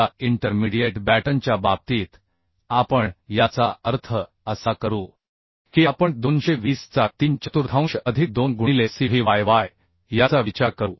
आता इंटरमीडिएट बॅटनच्या बाबतीत आपण याचा अर्थ असा करू की आपण 220 चा तीन चतुर्थांश अधिक 2 गुणिले C y y याचा विचार करू